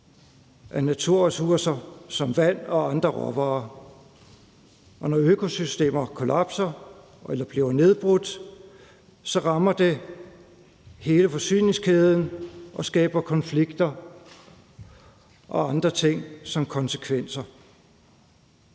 af naturressourcer som vand og andre råvarer, og når økosystemer kollapser eller bliver nedbrudt, rammer det hele forsyningskæden og skaber konflikter og har andre ting som konsekvens.